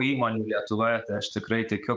įmonių lietuvoje tai aš tikrai tikiu